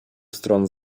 stron